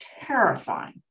terrifying